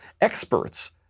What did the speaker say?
experts